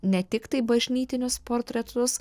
ne tiktai bažnytinius portretus